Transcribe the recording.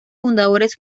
fundadores